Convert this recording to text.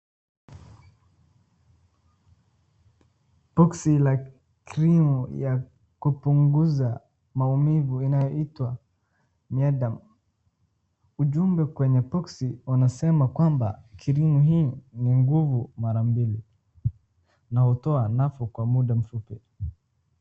Boksi la krimu ya kupunguza maumivu inayoitwa Myaderm. Ujumbe kwenye boksi unasema kwamba krimu hii ni nguvu mara mbili na hutoa nafuu kwa munda mfupi.